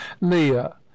leah